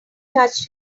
touched